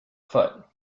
foot